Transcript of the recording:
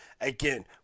Again